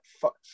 fuck